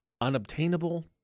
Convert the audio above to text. unobtainable